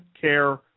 care